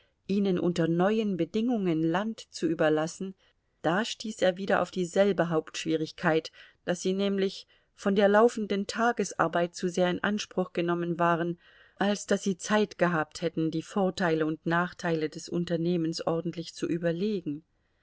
ihnen unter neuen bedingungen land zu überlassen da stieß er wieder auf dieselbe hauptschwierigkeit daß sie nämlich von der laufenden tagesarbeit zu sehr in anspruch genommen waren als daß sie zeit gehabt hätten die vorteile und nachteile des unternehmens ordentlich zu überlegen